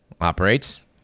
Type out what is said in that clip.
operates